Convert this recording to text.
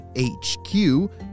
HQ